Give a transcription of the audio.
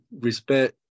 respect